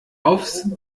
aufs